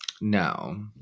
no